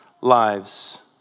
lives